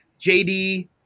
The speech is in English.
JD